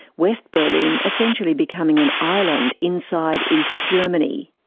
west berlin essentially becoming an island inside east germany.